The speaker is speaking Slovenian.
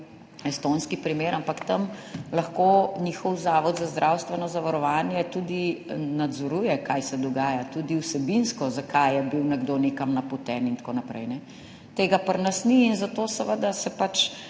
estonski primer, ampak tam lahko njihov zavod za zdravstveno zavarovanje tudi nadzoruje, kaj se dogaja, tudi vsebinsko, zakaj je bil nekdo nekam napoten in tako naprej. Tega pri nas ni in zato se s tem pač